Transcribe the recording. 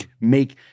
make